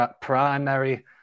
primary